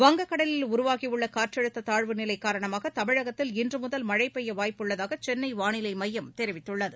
வங்கக்கடலில் உருவாகியுள்ள காற்றழுத்த தாழ்வு நிலை காரணமாக தமிழகத்தில் இன்று முதல் மழை பெய்ய வாய்ப்புள்ளதாக சென்னை வானிலை மையம் தெரிவித்துள்ளது